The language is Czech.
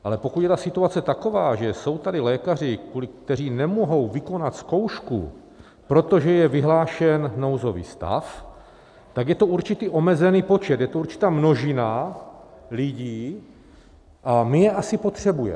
Ale pokud je ta situace taková, že jsou tady lékaři, kteří nemohou vykonat zkoušku, protože je vyhlášen nouzový stav, tak je to určitý omezený počet, je to určitá množina lidí a my je asi potřebujeme.